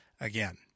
again